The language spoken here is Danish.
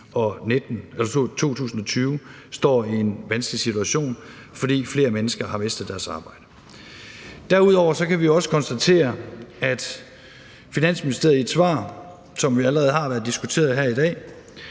af 2020 står i en vanskelig situation, fordi flere mennesker har mistet deres arbejde. Derudover kan vi også konstatere, at Finansministeriet i et svar, som allerede har været diskuteret her i dag,